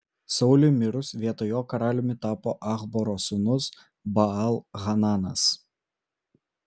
sauliui mirus vietoj jo karaliumi tapo achboro sūnus baal hananas